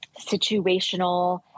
situational